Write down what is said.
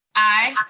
aye.